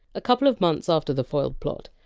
a couple of months after the foiled plot,